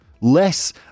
Less